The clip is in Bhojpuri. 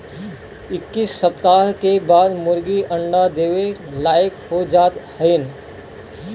इक्कीस सप्ताह के बाद मुर्गी अंडा देवे लायक हो जात हइन